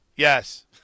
Yes